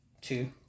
two